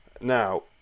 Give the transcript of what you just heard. Now